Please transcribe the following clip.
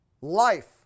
life